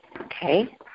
Okay